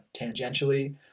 tangentially